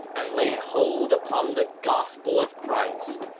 and lay hold upon the gospel of christ,